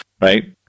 right